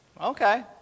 okay